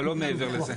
אבל לא מעבר לזה.